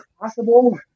possible